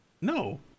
No